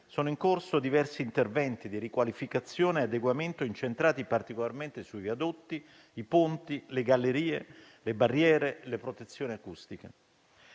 sono in corso diversi interventi di riqualificazione e adeguamento, incentrati particolarmente su viadotti, ponti, gallerie, barriere e protezioni acustiche.